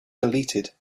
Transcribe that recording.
deleted